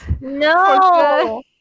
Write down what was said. No